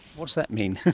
what does that mean?